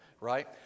right